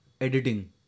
editing